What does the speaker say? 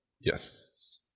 Yes